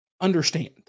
understand